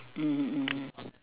mmhmm mmhmm